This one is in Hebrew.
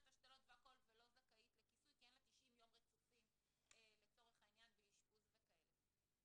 השתלות ולא זכאית לכיסוי כי אין לה 90 יום רצופים באשפוז וכו'.